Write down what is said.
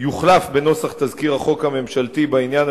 יוחלף בנוסח תזכיר החוק הממשלתי בעניין,